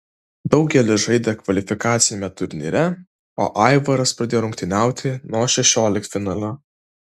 daugelis žaidė kvalifikaciniame turnyre o aivaras pradėjo rungtyniauti nuo šešioliktfinalio